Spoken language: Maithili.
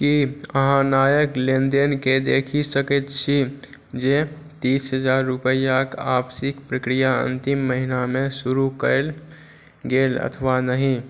कि अहाँ नायक लेनदेनके देखि सकै छी जे तीस हजार रुपैआके आपसीके प्रक्रिया अन्तिम महिनामे शुरू कएल गेल अथवा नहि